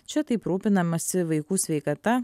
čia taip rūpinamasi vaikų sveikata